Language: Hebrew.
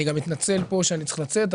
אני גם מתנצל פה שאני צריך לצאת,